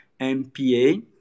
MPA